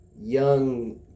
young